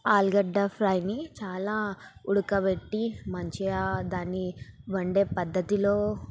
ఆలుగడ్డ ఫ్రైని చాలా ఉడకబెట్టి మంచిగా దాన్ని వండే పధ్ధతిలో